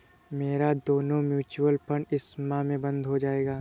मेरा दोनों mutual fund इस माह में बंद हो जायेगा